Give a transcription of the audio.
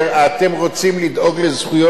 אתם רוצים לדאוג לזכויות,